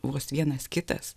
vos vienas kitas